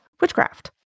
witchcraft